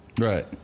Right